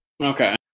Okay